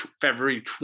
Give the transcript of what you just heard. February